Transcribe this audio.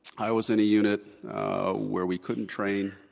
i was in a unit where we couldn't train,